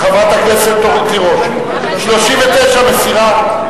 חברת הכנסת תירוש, 39 את מסירה?